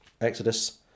Exodus